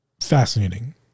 Fascinating